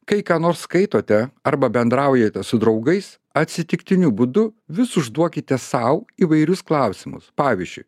kai ką nors skaitote arba bendraujate su draugais atsitiktiniu būdu vis užduokite sau įvairius klausimus pavyzdžiui